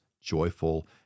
joyful